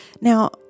Now